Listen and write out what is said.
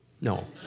No